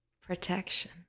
Protection